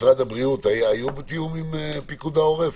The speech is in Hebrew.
משרד הבריאות, היה תיאום עם פיקוד העורף,